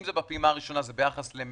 אם זה בפעימה הראשונה, זה ביחס למרץ-אפריל.